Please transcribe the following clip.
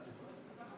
אל תסיים.